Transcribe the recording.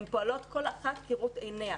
הן פועלות כל אחת כראות עיניה.